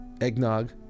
eggnog